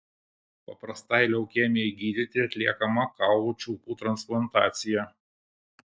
paprastai leukemijai gydyti atliekama kaulų čiulpų transplantacija